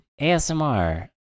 ASMR